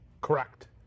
Correct